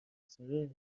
بذاره